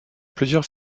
plusieurs